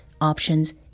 options